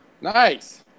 Nice